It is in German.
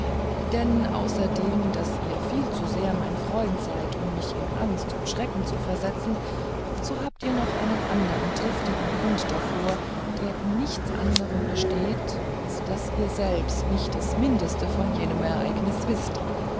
denn außerdem daß ihr viel zu sehr mein freund seid um mich in angst und schrecken zu setzen so habt ihr noch einen andern triftigen grund dazu der in nichts anderm besteht als daß ihr selbst nicht das mindeste von jenem ereignisse wißt